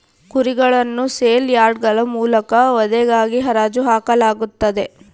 ಕುರಿಗಳನ್ನು ಸೇಲ್ ಯಾರ್ಡ್ಗಳ ಮೂಲಕ ವಧೆಗಾಗಿ ಹರಾಜು ಹಾಕಲಾಗುತ್ತದೆ